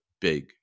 big